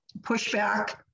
pushback